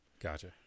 Gotcha